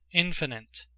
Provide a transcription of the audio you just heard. infinite,